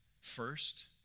first